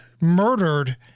murdered